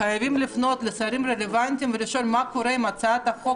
חייבים לפנות לשרים הרלוונטיים ולשאול מה קורה עם הצעת החוק